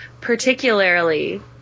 particularly